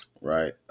right